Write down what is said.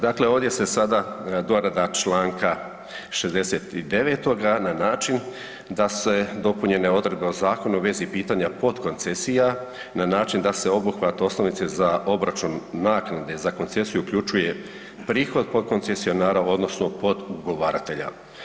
Dakle, ovdje se sada dorada čl. 69. na način da se dopunjene odredbe o zakonu u vezi pitanja potkoncesija na način da se obuhvat osnovice za obračun naknade za koncesiju uključuje prihod potkoncesionara odnosno potugovaratelja.